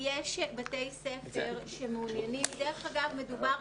יש בתי ספר שמעוניינים דרך אגב, מדובר